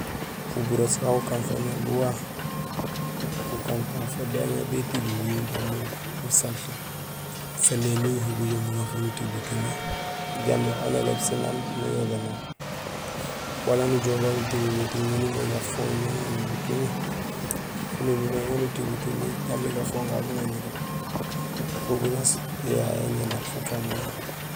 Fuburoos wa gukan fo mé bu wa, gukankaan fo béti guŋiiŋ jambi gu salté; sén éni uyuho bujoom nuŋa fo nuti butumi jambi aw on néloob sin aan nuyogénol wala nujoow babu nutiŋul muting maan umimé gafooŋ béŋaŋo butumi, fo nuñumé éŋa nuti butumi jambi gafooŋ gagu guŋaŋo do. Fuburoos yayé ñé nak fakan mé.